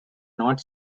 not